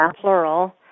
Plural